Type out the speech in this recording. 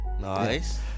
Nice